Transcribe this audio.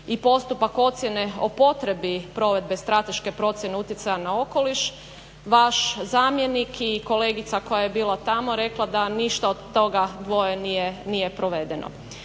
i postupak ocjene o potrebi provedbe strateške procjene utjecaja na okoliš vaš zamjenik i kolegica koja je bila tamo rekla da ništa od toga dvoje nije provedeno.